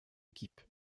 équipe